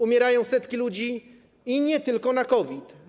Umierają setki ludzi, nie tylko na COVID.